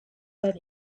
that